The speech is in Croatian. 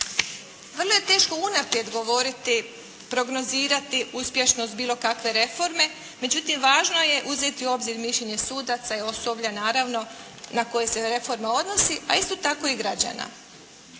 Vrlo je teško unaprijed govoriti, prognozirati uspješnost bilo kakve reforme. Međutim važno je uzeti u obzir mišljenje sudaca i osoblja naravno na koje se reforma odnosi, a isto tako i građana.